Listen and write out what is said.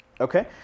Okay